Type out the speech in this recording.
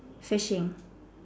fishing